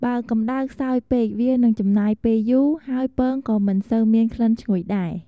បើកម្តៅខ្សោយពេក វានឹងចំណាយពេលយូរ ហើយពងក៏មិនសូវមានក្លិនឈ្ងុយដែរ។